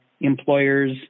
employers